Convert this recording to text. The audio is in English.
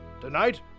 Tonight